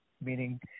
meaning